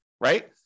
right